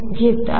घेत आहे